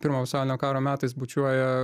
pirmojo pasaulinio karo metais bučiuoja